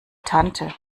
tante